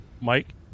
Mike